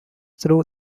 through